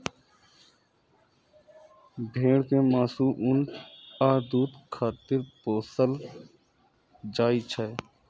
भेड़ कें मासु, ऊन आ दूध खातिर पोसल जाइ छै